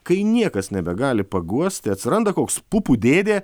kai niekas nebegali paguosti atsiranda koks pupų dėdė